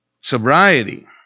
Sobriety